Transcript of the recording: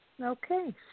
Okay